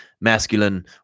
masculine